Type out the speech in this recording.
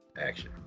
Action